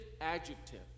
adjective